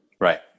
right